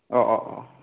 ꯑꯣ ꯑꯣ ꯑꯣ